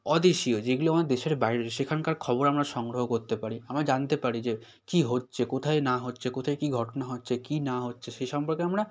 অদেশীয় যেগুলো আমাদর দেশের বাইরের সেখানকার খবর আমরা সংগ্রহ করতে পারি আমরা জানতে পারি যে কী হচ্ছে কোথায় না হচ্ছে কোথায় কী ঘটনা হচ্ছে কী না হচ্ছে সেই সম্পর্কে আমরা